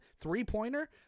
three-pointer